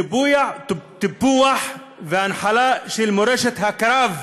טיפוח והנחלה של מורשת הקרב.